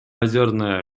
озерное